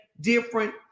different